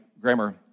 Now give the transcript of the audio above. grammar